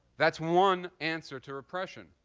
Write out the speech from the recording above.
that's one answer to repression.